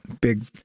big